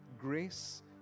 grace